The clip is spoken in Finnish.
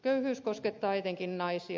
köyhyys koskettaa etenkin naisia